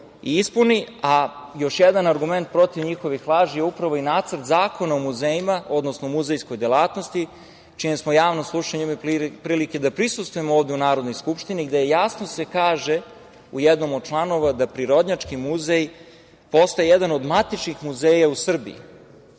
i ispuni, još jedan argument protiv njihovih laži je upravo i nacrt zakona o muzejima, odnosno muzejskoj delatnosti, čije smo javno slušanje imali prilike da prisustvujemo ovde u Narodnoj skupštini, gde jasno se kaže u jednom od članova da Prirodnjački muzej postoji jedan od matičnih muzeja u Srbiji.